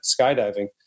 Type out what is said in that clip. skydiving